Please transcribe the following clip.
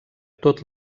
tot